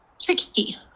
tricky